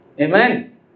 Amen